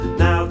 now